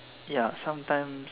ya sometimes